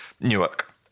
Newark